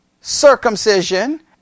circumcision